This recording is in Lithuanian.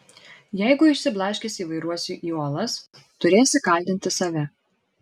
jeigu išsiblaškęs įvairuosiu į uolas turėsi kaltinti save